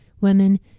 women